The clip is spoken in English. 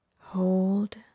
hold